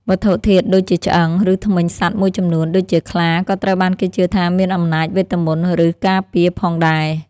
វត្ថុធាតុដូចជាឆ្អឹង ឬធ្មេញសត្វមួយចំនួន (ដូចជាខ្លា) ក៏ត្រូវបានគេជឿថាមានអំណាចវេទមន្ត ឬការពារផងដែរ។